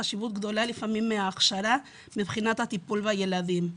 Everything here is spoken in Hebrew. חשיבות גדולה מההכשרה, מבחינת הטיפול בילדים.